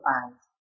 eyes